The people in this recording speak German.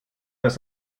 das